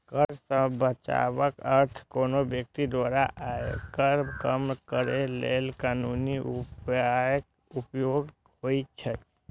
कर सं बचावक अर्थ कोनो व्यक्ति द्वारा आयकर कम करै लेल कानूनी उपायक उपयोग होइ छै